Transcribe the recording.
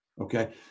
okay